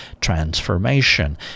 Transformation